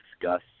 discuss